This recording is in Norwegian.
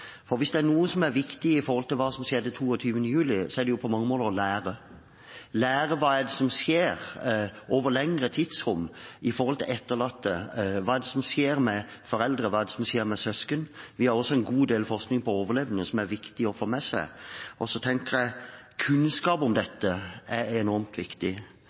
For hvis det er noe som er viktig når det gjelder hva som skjedde 22. juli, er det på mange måter å lære – lære hva det er som skjer over lengre tidsrom når det gjelder etterlatte, hva det er som skjer med foreldre, hva det er som skjer med søsken. Vi har også en god del forskning om overlevende, som er viktig å få med seg. Jeg tenker også at kunnskap om dette er enormt viktig.